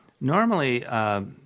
Normally